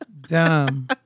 Dumb